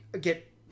get